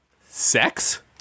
Sex